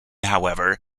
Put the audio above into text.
however